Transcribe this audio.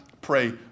pray